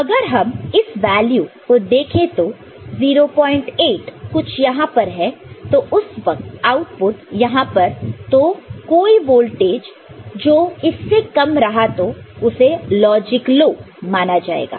अगर हम इस वैल्यू को देखें तो 08 कुछ यहां पर है तो उस वक्त आउटपुट यहां पर है तो कोई वोल्टेज जो इससे कम रहा तो उसे लॉजिक लो माना जाएगा